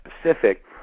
specific